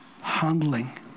handling